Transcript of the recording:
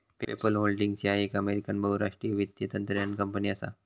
PayPal holdings ह्या एक American बहुराष्ट्रीय वित्तीय तंत्रज्ञान कंपनी असा